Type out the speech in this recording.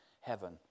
heaven